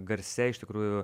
garse iš tikrųjų